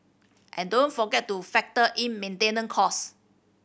and don't forget to factor in maintenance cost